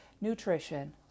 nutrition